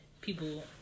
people